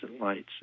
lights